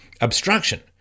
Obstruction